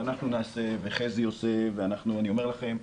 אנחנו נעשה וחזי עושה ואני אומר לכם,